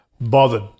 bothered